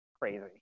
crazy